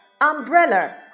Umbrella